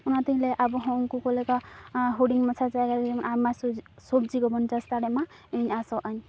ᱚᱱᱟᱛᱮᱧ ᱞᱟᱹᱭᱟ ᱟᱵᱚ ᱦᱚᱸ ᱩᱱᱠᱩ ᱞᱮᱠᱟ ᱦᱩᱰᱤᱝ ᱢᱟᱪᱷᱟ ᱡᱟᱭᱜᱟᱨᱮ ᱡᱮᱢᱚᱱ ᱟᱭᱢᱟ ᱥᱚᱵᱡᱤ ᱥᱚᱵᱡᱤ ᱠᱚᱵᱚᱱ ᱪᱟᱥ ᱫᱟᱲᱮᱭᱟᱜ ᱢᱟ ᱤᱧ ᱟᱥᱚᱜ ᱟᱹᱧ